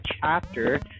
chapter